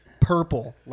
purple